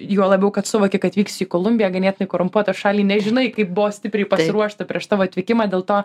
juo labiau kad suvoki kad vyksi į kolumbiją ganėtinai korumpuotą šalį nežinai kaip buvo stipriai pasiruošta prieš tavo atvykimą dėl to